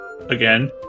Again